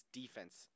defense